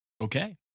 Okay